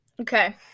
Okay